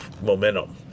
momentum